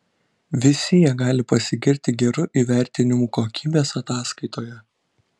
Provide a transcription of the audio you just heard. visi jie gali pasigirti geru įvertinimu kokybės ataskaitoje